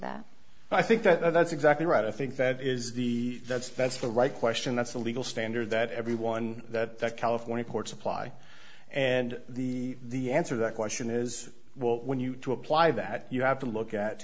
that i think that's exactly right i think that is the that's that's the right question that's the legal standard that everyone that california courts apply and the the answer that question is well when you to apply that you have to look at